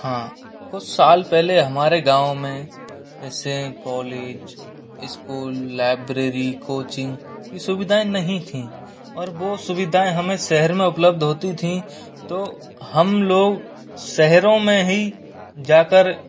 हाँ कुछ साल पहले हमारे गाँव में ऐसे कॉलेज इस्कूल लाइब्रेरी कोचिंग ये सुविधाएँ नहीं थी और वो सुविधाएँ हमें शहर में उपलब्ध होती थी तो हम लोग शहरों में ही जाकर